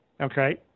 okay